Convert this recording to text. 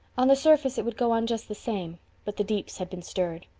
on the surface it would go on just the same but the deeps had been stirred.